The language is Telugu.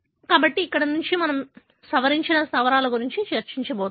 కాబట్టి ఇక్కడ మనము సవరించిన స్థావరాల గురించి చర్చించబోతున్నాం